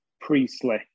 Priestley